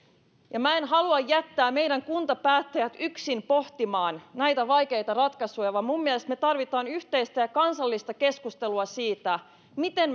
minä en halua jättää meidän kuntapäättäjiä yksin pohtimaan näitä vaikeita ratkaisuja vaan minun mielestäni me tarvitsemme yhteistä ja kansallista keskustelua siitä miten